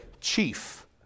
chief